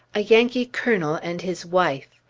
a yankee colonel and his wife.